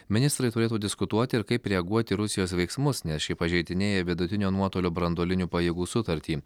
ministrai turėtų diskutuoti ir kaip reaguoti į rusijos veiksmus nes ši pažeidinėja vidutinio nuotolio branduolinių pajėgų sutartį